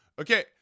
Okay